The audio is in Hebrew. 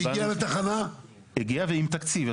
הוא הגיע ועם תקציב.